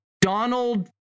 Donald